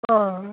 অঁ